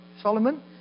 Solomon